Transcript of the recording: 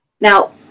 now